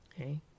okay